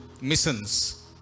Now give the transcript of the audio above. missions